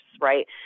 right